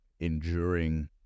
enduring